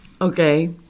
Okay